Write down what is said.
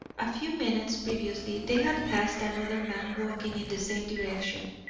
a few minutes previously they had passed another man walking in the same direction.